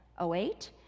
08